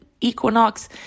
equinox